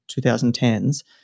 2010s